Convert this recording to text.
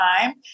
time